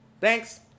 Thanks